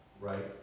right